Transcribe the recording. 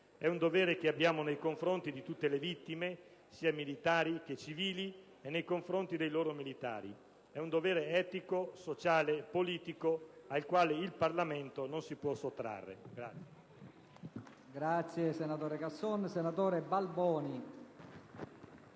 È un dovere che abbiamo nei confronti di tutte le vittime, sia militari che civili, e nei confronti dei loro familiari; è un dovere etico, sociale, politico al quale il Parlamento non si può sottrarre.